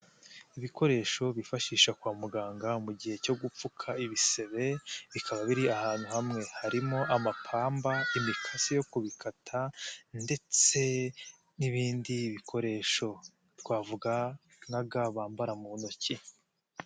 Ibikoresho bifashisha kwa muganga mu gihe cyo gupfuka ibisebe, bikaba biri ahantu hamwe. Harimo amapamba, imikasi yo kubikata ndetse n'ibindi bikoresho twavuga nka ga bambara mu ntoki.